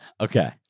Okay